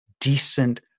decent